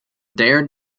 dared